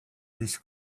this